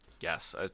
Yes